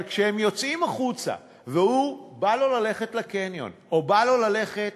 אבל כשהם יוצאים החוצה ובא לו ללכת לקניון או בא לו ללכת